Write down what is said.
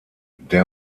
der